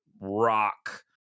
rock